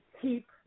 keep